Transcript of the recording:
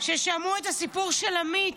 ששמעו את הסיפור של עמית,